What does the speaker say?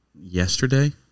yesterday